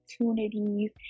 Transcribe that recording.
opportunities